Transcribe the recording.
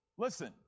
Listen